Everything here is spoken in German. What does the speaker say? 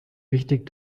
wichtig